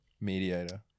Mediator